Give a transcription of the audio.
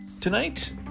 Tonight